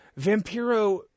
vampiro